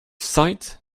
sight